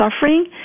suffering